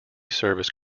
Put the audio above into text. service